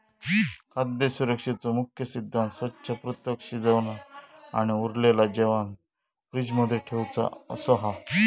खाद्य सुरक्षेचो मुख्य सिद्धांत स्वच्छ, पृथक, शिजवना आणि उरलेला जेवाण फ्रिज मध्ये ठेउचा असो हा